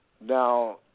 Now